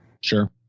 Sure